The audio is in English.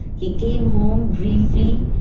he came home briefly,